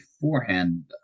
beforehand